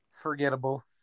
Forgettable